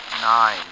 Nine